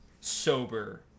sober